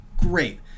great